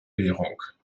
währung